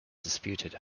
disputed